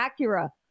Acura